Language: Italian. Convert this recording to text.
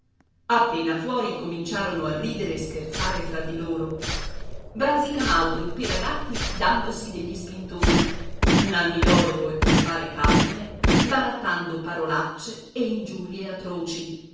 appena fuori cominciarono a ridere e scherzare fra di loro brasi camauro e pelagatti dandosi degli spintoni nanni l'orbo e compare carmine barattando parolacce e ingiurie atroci